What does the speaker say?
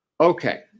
Okay